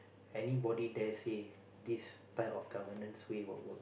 anybody dare say this type of governance way will work